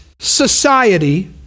society